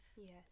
Yes